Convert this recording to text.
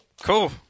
Cool